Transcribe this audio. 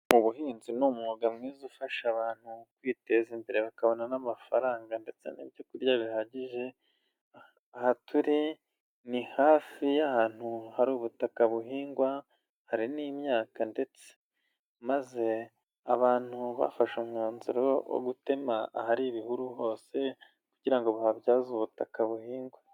Ubuhinzi ni umwuga mwiza ufasha abantu kwiteza imbere bakabona n'amafaranga ndetse n'ibyo kurya bihagije. Aha turi ni hafi y'ahantu hari ubutaka buhingwa, hari n'imyaka ndetse. Maze abantu bafashe umwanzuro wo gutema ahari ibihuru hose kugira ngo bahabyaze ubutaka buhingwa.